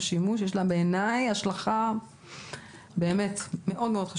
שימוש יש לה בעיניי השלכה חשובה מאוד.